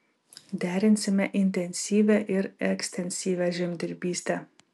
derinsime intensyvią ir ekstensyvią žemdirbystę